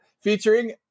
featuring